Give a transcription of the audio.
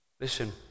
Listen